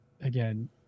again